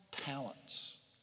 talents